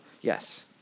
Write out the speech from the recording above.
Yes